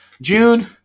June